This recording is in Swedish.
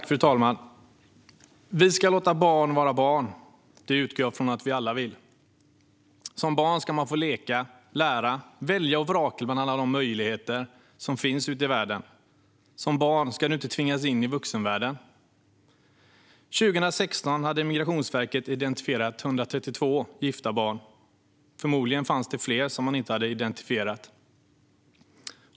Fru talman! Vi ska låta barn vara barn. Det utgår jag från att vi alla vill. Som barn ska man få leka, lära, välja och vraka bland alla de möjligheter som finns ute i världen. Som barn ska man inte tvingas in i vuxenvärlden. År 2016 hade Migrationsverket identifierat 132 gifta barn. Förmodligen fanns det fler som man inte hade identifierat.